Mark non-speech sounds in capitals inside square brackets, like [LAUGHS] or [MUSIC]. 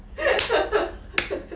[LAUGHS]